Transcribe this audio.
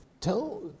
Tell